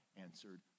answered